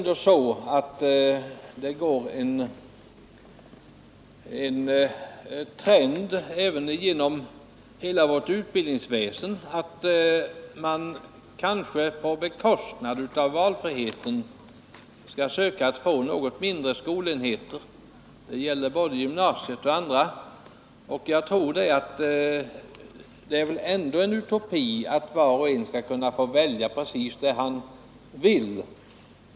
Det går en trend igenom hela vårt utbildningsväsen, att man kanske på bekostnad av valfriheten skall söka få något mindre enheter när det gäller både gymnasiet och andra skolformer. Det är väl ändå en utopi att var och en skall kunna få a precis det han vill.